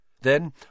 Then